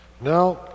Now